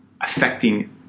affecting